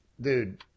Dude